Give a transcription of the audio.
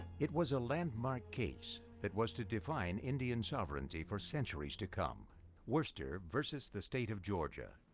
it was a landmark case that was to define indian sovereignty for centuries to come worcester versus the state of georgia.